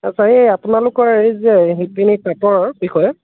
আচ্ছা এই আপোনালোকৰ এই যে শিপিনী তাঁতৰ বিষয়ে